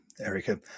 Erica